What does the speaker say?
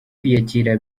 kwiyakira